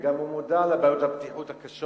וגם הוא מודע לבעיות הבטיחות הקשות